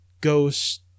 ghost